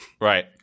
Right